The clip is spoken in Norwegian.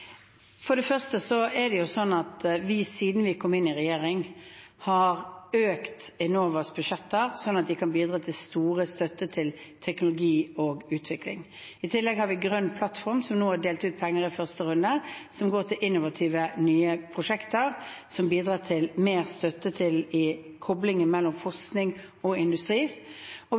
For det første er det slik at siden vi kom inn i regjering, har vi økt Enovas budsjetter sånn at de kan bidra til stor støtte til teknologi og utvikling. I tillegg har vi Grønn plattform. De har nå delt ut penger i første runde, penger som går til innovative, nye prosjekter som bidrar til mer støtte til koblingen mellom forskning og industri. Vi